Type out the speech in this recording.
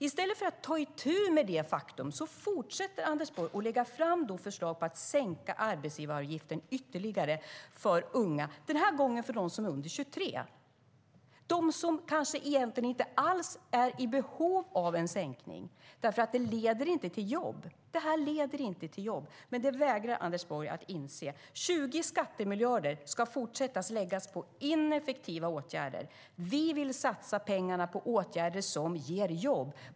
I stället för att ta itu med detta faktum fortsätter Anders Borg att lägga fram förslag om att sänka arbetsgivaravgiften ytterligare för unga, denna gång för dem som är under 23 år - de som kanske egentligen inte alls är i behov av en sänkning eftersom det inte leder till jobb. Det här leder inte till jobb, men det vägrar Anders Borg att inse. 20 skattemiljarder ska fortsätta att läggas på ineffektiva åtgärder. Vi vill satsa pengarna på åtgärder som ger jobb.